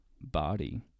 body